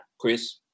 Chris